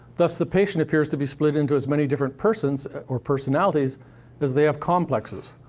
thus, the patient appears to be split into as many different persons or personalities as they have complexes.